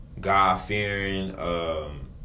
God-fearing